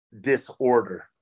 disorder